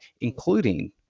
including